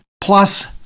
plus